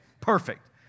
Perfect